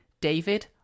David